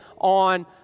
on